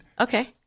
okay